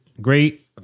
great